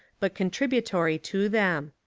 but contributory to them.